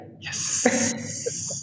yes